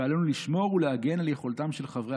ועלינו לשמור ולהגן על יכולתם של חברי